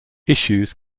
issues